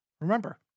Remember